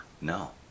No